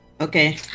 Okay